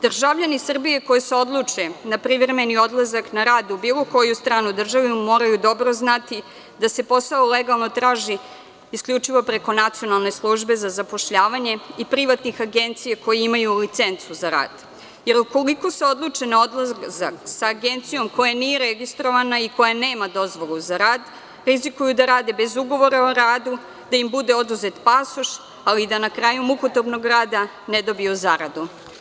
Državljani Srbije koji se odluče na privremeni odlazak na rad u bilo koju stranu državu, moraju dobro znati da se posao legalno traži isključivo preko Nacionalne službe za zapošljavanje i privatnih agencija koje imaju licencu za rad, jer ukoliko se odluče na odlazak sa agencijom koja nije registrovana i koja nema dozvolu za rad, rizikuju da rade bez ugovora o radu, da im bude oduzet pasoš, ali i da na kraju mukotrpnog rada ne dobiju zaradu.